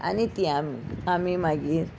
आनी तीं आम आमी मागीर